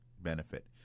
benefit